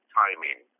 timing